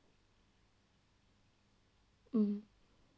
mm